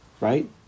right